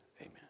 Amen